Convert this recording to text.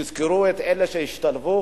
יזכרו את אלה שישתלבו